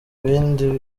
ibindi